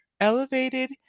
elevated